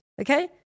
Okay